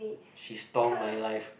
she storm my life